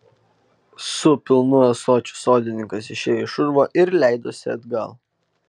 su pilnu ąsočiu sodininkas išėjo iš urvo ir leidosi atgal